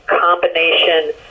combination